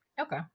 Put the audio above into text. okay